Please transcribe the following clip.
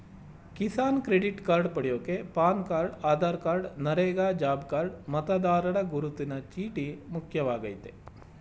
Kisan credit card ಪಡ್ಯೋಕೆ PAN card Aadhaar card NREGA job card ಮತದಾರರ ಗುರುತಿನ ಚೀಟಿ ಮುಖ್ಯವಾಗಯ್ತೆ